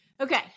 Okay